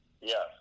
Yes